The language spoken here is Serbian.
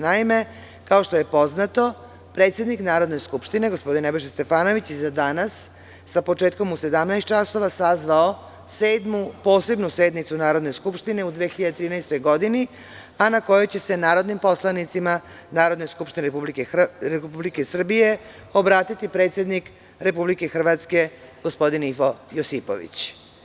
Naime, kao što je poznato, predsednik Narodne skupštine, gospodin Nebojša Stefanović je za danas sa početkom u 17,00 časova sazvao Sedmu posebnu sednicu Narodne skupštine u 2013. godini, a na kojoj će se narodnim poslanicima Narodne skupštine Republike Srbije obratiti predsednik Republike Hrvatske, gospodin Ivo Josipović.